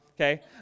okay